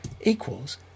equals